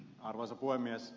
arvoisa puhemies